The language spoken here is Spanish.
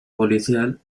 policial